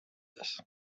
this